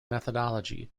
methodology